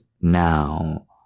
now